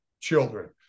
children